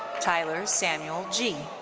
tyler samuel gee.